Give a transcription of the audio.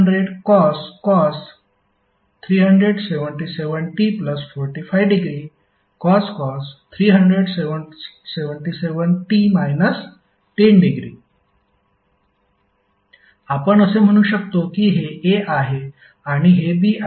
pvi1200cos 377t45° cos 377t 10° आपण असे म्हणू शकतो की हे A आहे आणि हे B आहे